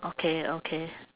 okay okay